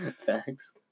Thanks